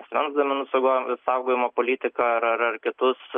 asmens duomenų saugos saugojimo politiką ar ar kitus